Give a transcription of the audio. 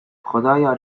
خدایا